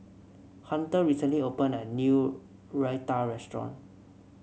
Hunter recently opened a new Raita Restaurant